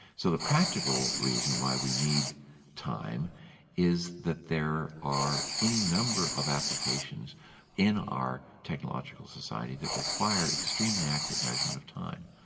so the practical reason why we need time is that there are any number of applications in our technological society that require extremely accurate measurement of time.